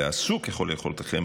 ועשו ככל יכולתכם,